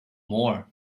more